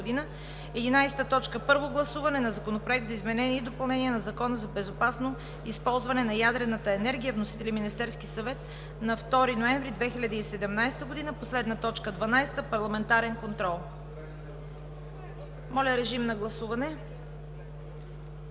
Моля, режим на гласуване